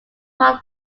part